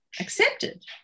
accepted